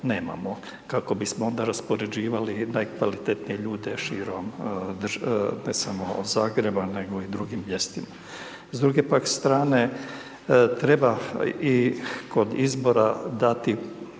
nemamo, kako bismo onda raspoređivali najkvalitetnije ljude širom ne samo Zagreba nego i drugim mjestima. S druge pak strane treba i kod izbora dati